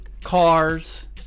cars